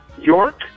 York